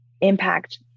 impact